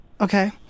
okay